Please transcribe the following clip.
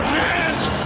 hands